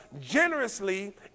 generously